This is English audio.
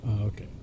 Okay